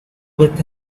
with